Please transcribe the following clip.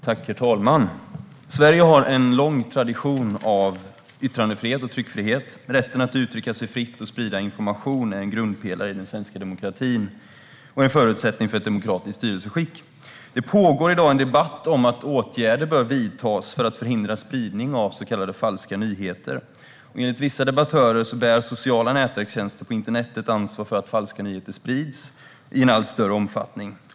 Herr talman! Sverige har en lång tradition av yttrandefrihet och tryckfrihet. Rätten att uttrycka sig fritt och sprida information är en grundpelare i den svenska demokratin och en förutsättning för ett demokratiskt styrelseskick. Det pågår i dag en debatt om att åtgärder bör vidtas för att förhindra spridning av så kallade falska nyheter. Enligt vissa debattörer bär sociala nätverkstjänster på internet ett ansvar för att falska nyheter sprids i en allt större omfattning.